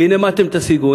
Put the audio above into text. והנה, מה אתם תשיגו?